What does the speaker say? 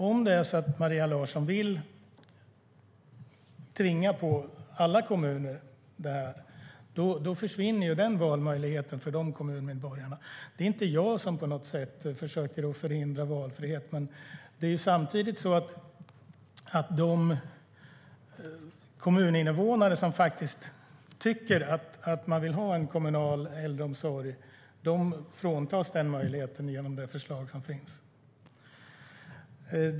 Om det är så att Maria Larsson vill tvinga på alla kommuner det här, då försvinner ju den valmöjligheten för de kommunmedborgarna. Det är inte jag som på något sätt försöker förhindra valfrihet. Det är ju så att de kommuninvånare som tycker att de vill ha en kommunal äldreomsorg fråntas den möjligheten genom det förslag som finns.